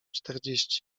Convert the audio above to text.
czterdzieści